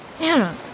Anna